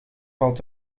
valt